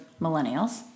millennials